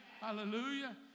Hallelujah